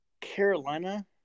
Carolina